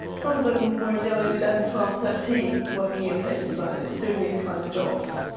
some of them were as young as eleven, twelve, thirteen working in places like this doing these kinds of jobs.